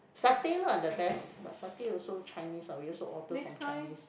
satay lah the best but satay also Chinese what we also order from Chinese